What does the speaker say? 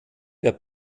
der